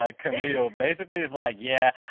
ah camille, basically is like, yeah,